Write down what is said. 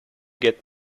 get